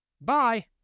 Bye